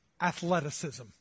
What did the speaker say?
athleticism